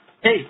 Hey